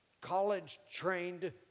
college-trained